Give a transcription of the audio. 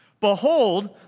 Behold